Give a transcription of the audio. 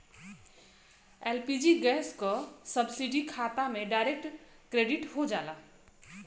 LPG gas क subsidy खाता में डायरेक्ट क्रेडिट हो जाला